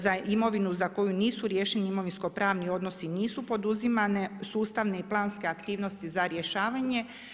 Za imovinu za koju nisu riješeni imovinskopravni odnosi nisu poduzimane sustavne i planske aktivnosti za rješavanje.